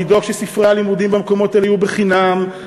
לדאוג שספרי הלימודים במקומות האלה יהיו בחינם,